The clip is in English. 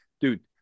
dude